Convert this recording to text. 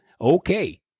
okay